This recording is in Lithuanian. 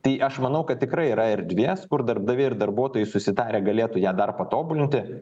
tai aš manau kad tikrai yra erdvės kur darbdaviai ir darbuotojai susitarę galėtų ją dar patobulinti